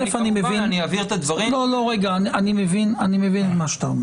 בתור הגוף המוביל היום שעוסק